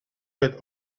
had